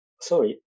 sorry